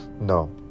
no